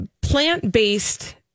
plant-based